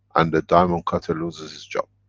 and the diamond cutter loses his job.